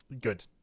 Good